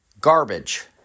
garbage